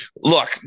look